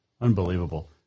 Unbelievable